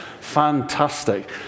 fantastic